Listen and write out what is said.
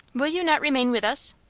will you not remain with us?